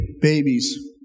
babies